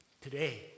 today